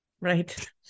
Right